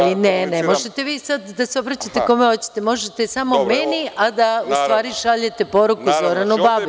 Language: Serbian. Ali, ne, ne možete vi sada da se obraćate kome hoćete, možete samo meni, a da u stvari šaljete poruku Zoranu Babiću.